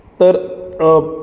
तर अ